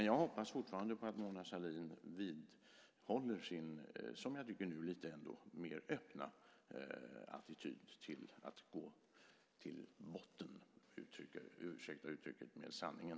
Jag hoppas fortfarande att Mona Sahlin vidhåller sin, som jag tycker, mera öppna attityd till att gå till botten, ursäkta uttrycket, med sanningen.